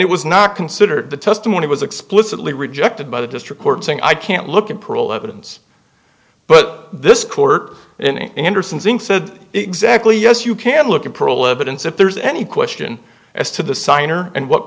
it was not considered the testimony was explicitly rejected by the district court saying i can't look at parole evidence but this court in anderson's inc said exactly yes you can look at parole evidence if there's any question as to the signer and what